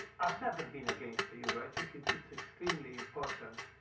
i've never been against the euro. i think it's extremely important.